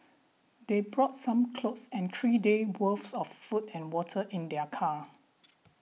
they brought some clothes and three days' worth of food and water in their car